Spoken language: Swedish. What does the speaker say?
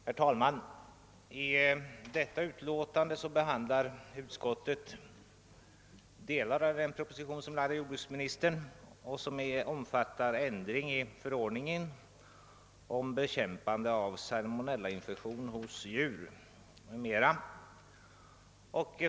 Herr talman! I detta utlåtande behandlar utskottet delar av den proposition som jordbruksministern framlagt och som omfattar ändring i förordningen om bekämpande av salmonellainfektion hos djur m.m.